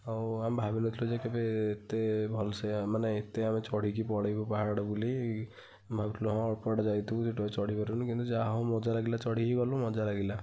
ଆଉ ଆମେ ଭାବିନଥିଲୁ ଯେ କେବେ ଏତେ ଭଲ ସେ ମାନେ ଏତେ ଆମେ ଚଢ଼ିକି ପଳେଇବୁ ପାହାଡ଼ ବୋଲି ଭାବିଥିଲୁ ହଁ ଅଳ୍ପ ବାଟ ଯାଇଥିବୁ ସେଠୁ ଆଉ ଚଢ଼ି ପାରିବୁନୁ କିନ୍ତୁ ଯାହା ହୋଉ ମଜା ଲାଗିଲା ଚଢ଼ିକି ଗଲୁ ମଜା ଲାଗିଲା